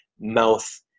mouth